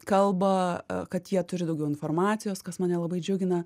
kalba kad jie turi daugiau informacijos kas mane labai džiugina